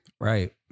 Right